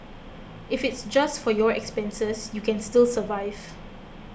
if it's just for your expenses you can still survive